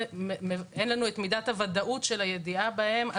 אבל אין לנו את מידת הוודאות של הידיעה בהם,